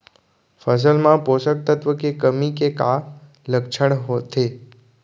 फसल मा पोसक तत्व के कमी के का लक्षण होथे?